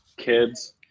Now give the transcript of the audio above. kids